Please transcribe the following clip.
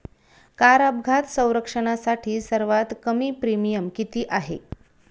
Car अपघात संरक्षणासाठी सर्वात कमी प्रीमियम किती आहे?